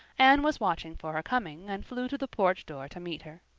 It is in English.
anne was watching for her coming and flew to the porch door to meet her.